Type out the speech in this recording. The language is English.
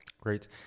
Great